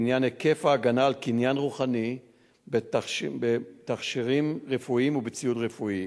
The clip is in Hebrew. בעניין היקף ההגנה על קניין רוחני בתכשירים רפואיים ובציוד רפואי.